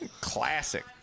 Classic